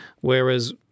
Whereas